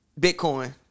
Bitcoin